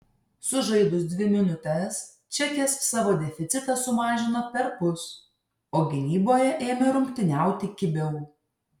sužaidus dvi minutes čekės savo deficitą sumažino perpus o gynyboje ėmė rungtyniauti kibiau